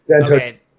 Okay